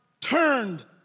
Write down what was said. turned